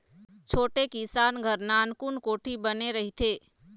छोटे किसान घर नानकुन कोठी बने रहिथे